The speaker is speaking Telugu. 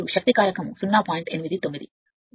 వాస్తవానికి ఇది వస్తోంది